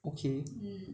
okay